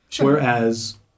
whereas